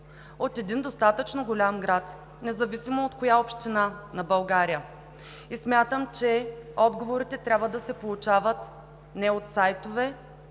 от един достатъчно голям град, независимо от коя община на България, и смятам, че отговорите трябва да се получават не от сайтове,